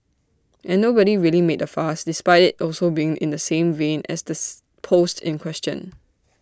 and nobody really made A fuss despite IT also being in the same vein as this post in question